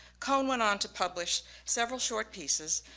cohen went on to publish several short pieces,